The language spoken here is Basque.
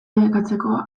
debekatzeko